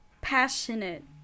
passionate